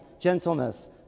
gentleness